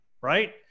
right